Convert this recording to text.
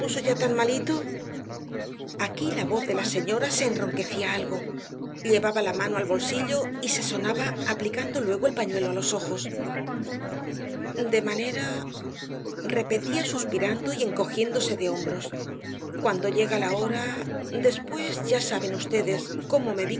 ya tan malito aquí la voz de la señora se enronquecía algo llevaba la mano al bolsillo y se sonaba aplicando luego el pañuelo á los ojos de manera repetía suspirando y encogiéndose de hombros que cuando llega la hora después ya saben vds cómo me